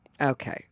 okay